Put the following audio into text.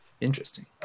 Interesting